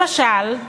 למשל,